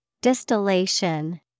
Distillation